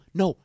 no